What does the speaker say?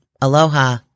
Aloha